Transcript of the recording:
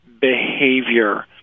behavior